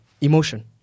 emotion